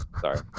sorry